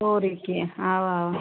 سورُے کیٚنٛہہ اَوا اَوا